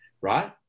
Right